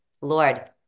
Lord